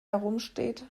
herumsteht